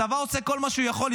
הצבא עושה כל מה שהוא יכול.